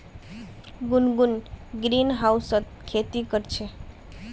गुनगुन ग्रीनहाउसत खेती कर छ